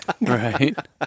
Right